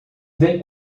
vem